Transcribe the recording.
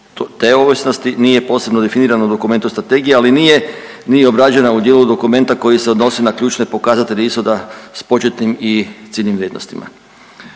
te ovisnosti nije posebno definirano u dokumentu strategije, ali nije, nije obrađena u dijelu dokumenta koji se odnosi na ključne pokazatelje ishoda s početnim i ciljnim vrijednostima.